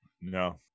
No